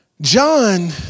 John